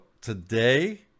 today